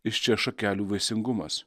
iš čia šakelių vaisingumas